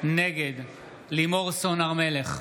נגד לימור סון הר מלך,